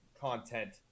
content